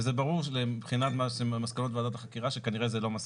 וזה ברור שמבחינת מסקנות ועדת החקירה שכנראה זה לא מספיק,